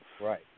right